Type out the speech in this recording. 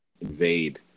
invade